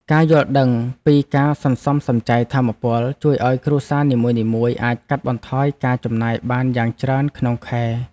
ការយល់ដឹងពីការសន្សំសំចៃថាមពល ជួយឱ្យគ្រួសារនីមួយៗអាចកាត់បន្ថយការចំណាយបានយ៉ាងច្រើនក្នុងខែ។